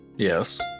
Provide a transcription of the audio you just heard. Yes